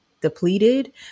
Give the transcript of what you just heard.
depleted